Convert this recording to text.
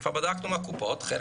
וכבר בדקנו עם הקופות, חלק